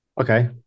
okay